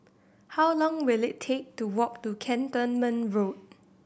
how long will it take to walk to Cantonment Road